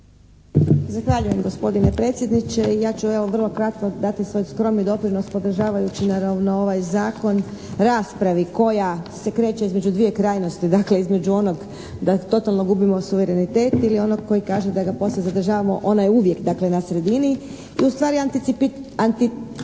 Zahvaljujem gospodine predsjedniče. I ja ću evo vrlo kratko dati svoj skromni doprinos podržavajući naravno ovaj zakon, raspravi koja se kreće između dvije krajnosti, dakle između onog da totalno gubimo suverenitet ili onog koji kaže da ga posve zadržavamo. Ona je uvijek dakle na sredini i ustvari anticipira